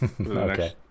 Okay